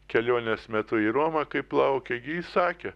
kelionės metu į romą kaip laukė jis sakė